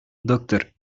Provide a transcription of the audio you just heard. доктор